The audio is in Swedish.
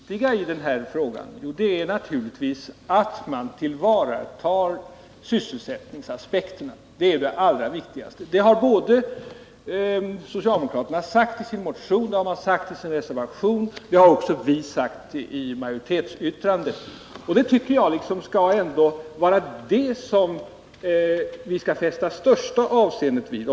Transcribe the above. Herr talman! Vilket är det viktiga i den här frågan? Jo, det är naturligtvis att man tillvaratar sysselsättningsaspekterna. Det har socialdemokraterna sagt både i sin motion och i sin reservation. Det har också vi sagt i majoritetsyttrandet. Jag tycker liksom att det är detta som vi skall fästa största avseendet vid.